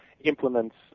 implements